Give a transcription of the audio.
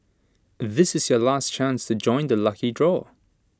this is your last chance to join the lucky draw